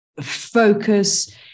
focus